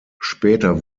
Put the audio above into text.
später